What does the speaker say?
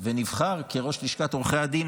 ונבחר כראש לשכת עורכי הדין,